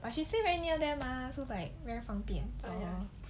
but she stay very near there mah so like very 方便